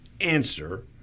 answer